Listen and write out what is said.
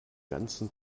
ganzen